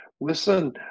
listen